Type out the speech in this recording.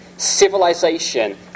civilization